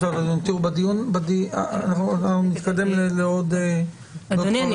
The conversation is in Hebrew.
אנחנו נתקדם לעוד --- אדוני,